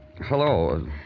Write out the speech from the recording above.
Hello